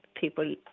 people